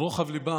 על רוחב הלב,